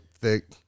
thick